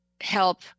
help